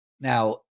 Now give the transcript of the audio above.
Now